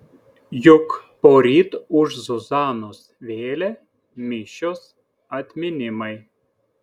juk poryt už zuzanos vėlę mišios atminimai